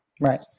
Right